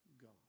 god